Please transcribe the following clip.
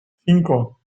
cinco